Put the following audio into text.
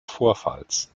vorfalls